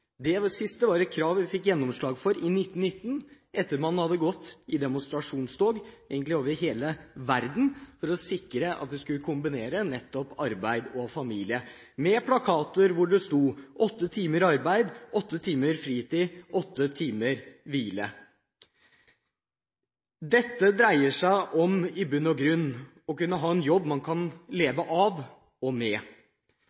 Det siste var et krav vi fikk gjennomslag for i 1919, etter at man hadde gått i demonstrasjonstog over hele verden for å sikre at man skulle kunne kombinere nettopp arbeid og familie. På plakatene sto det: åtte timer arbeid, åtte timer fritid, åtte timer hvile. Dette dreier seg i bunn og grunn om å ha en jobb som man kan